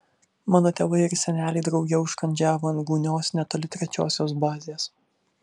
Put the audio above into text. mano tėvai ir seneliai drauge užkandžiavo ant gūnios netoli trečiosios bazės